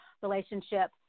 relationship